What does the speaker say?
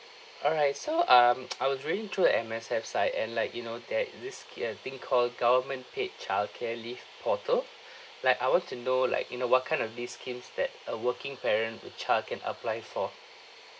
alright so um I was reading through M_S_F site and like you know there i~ this c~ uh thing called government paid childcare leave portal like I want to know like you know what kind of leave schemes that a working parent with child can apply for